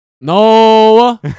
No